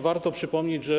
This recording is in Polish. Warto przypomnieć to, co